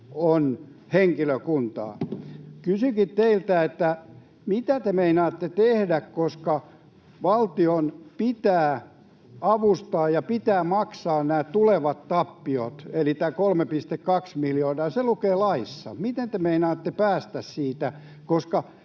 ovat henkilökuntaa. Kysynkin teiltä: mitä te meinaatte tehdä, koska valtion pitää avustaa ja pitää maksaa nämä tulevat tappiot eli tämä 3,2 miljardia? Se lukee laissa. Miten te meinaatte päästä siitä, koska